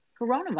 coronavirus